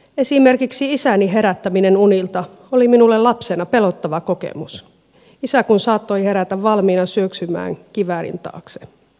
esimerkiksi isäni herättäminen unilta oli minulle lapsena pelottava kokemus isä kun saattoi herätä valmiina syöksymään kiväärin taakse